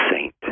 saint